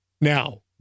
Now